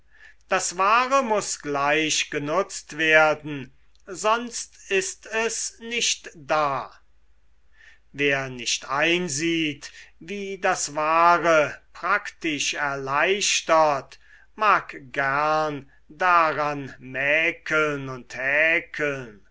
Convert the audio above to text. das wahre muß gleich genutzt werden sonst ist es nicht da wer nicht einsieht wie das wahre praktisch erleichtert mag gern daran mäkeln und häkeln